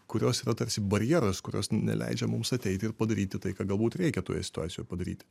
kurios yra tarsi barjeras kurios neleidžia mums ateiti ir padaryti tai ką galbūt reikia toje situacijoje padaryti